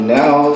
now